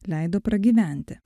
leido pragyventi